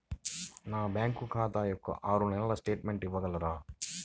నా బ్యాంకు ఖాతా యొక్క ఆరు నెలల స్టేట్మెంట్ ఇవ్వగలరా?